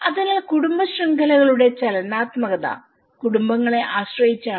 അതിനാൽ കുടുംബ ശൃംഖലകളുടെ ചലനാത്മകത കുടുംബങ്ങളെ ആശ്രയിചാണ്